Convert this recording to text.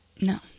No